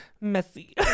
messy